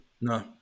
no